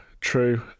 true